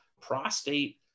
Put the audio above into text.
prostate